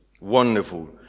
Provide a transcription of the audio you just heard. Wonderful